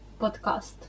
podcast